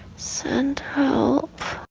send help.